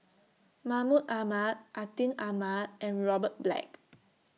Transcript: Mahmud Ahmad Atin Amat and Robert Black